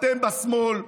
אתם בשמאל צבועים.